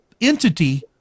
entity